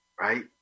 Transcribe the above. right